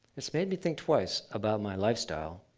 this made me think twice about my lifestyle,